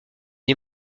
est